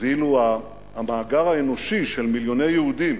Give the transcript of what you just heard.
ואילו המאגר האנושי של מיליוני יהודים